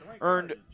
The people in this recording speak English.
earned